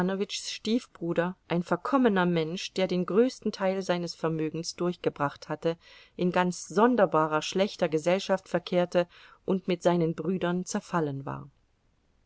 stiefbruder ein verkommener mensch der den größten teil seines vermögens durchgebracht hatte in ganz sonderbarer schlechter gesellschaft verkehrte und mit seinen brüdern zerfallen war